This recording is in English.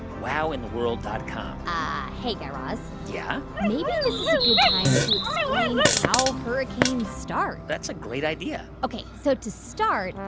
wowintheworld dot com ah, hey, guy raz yeah? maybe this is a good time to explain how hurricanes start that's a great idea ok, so to start,